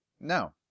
No